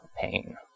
pain